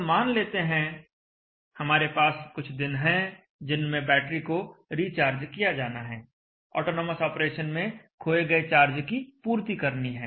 तो मान लेते हैं हमारे पास कुछ दिन हैं जिनमें बैटरी को रिचार्ज किया जाना है ऑटोनोमस ऑपरेशन में खोए गए चार्ज की पूर्ति करनी है